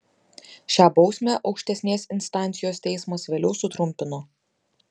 šią bausmę aukštesnės instancijos teismas vėliau sutrumpino